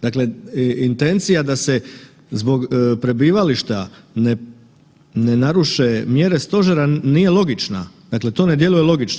Dakle intencija da se zbog prebivališta ne naruše mjere stožera nije logična, dakle to ne djeluje logično.